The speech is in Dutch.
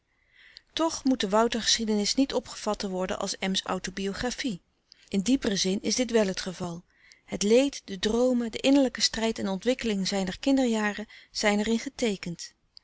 toch moet de woutergeschiedenis niet opgevat worden als m s autobiographie in dieperen zin is dit wel het geval het leed de droomen de innerlijke strijd en ontwikkeling zijner kinderjaren zijn er in geteekend